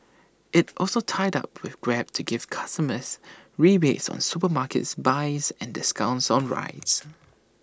IT also tied up with grab to give customers rebates on supermarkets buys and discounts on rides